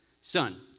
son